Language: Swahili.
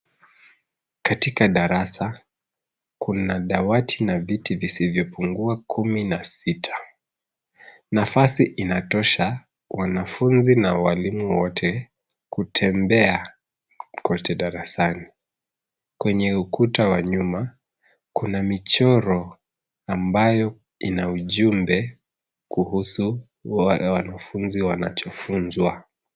Katika darasa, kuna dawati na viti visivyopungua kumi na sita. Nafasi inatosha wanafunzi na walimu wote kutembea kote darasani. Kwenye ukuta wa nyuma, kuna michoro ambayo ina ujumbe kuhusu wanafunzi wanachofunzwa.